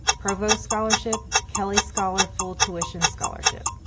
provost scholarship, kelley scholor full tuition scholarship.